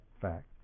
fact